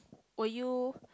will you